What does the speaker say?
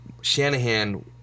Shanahan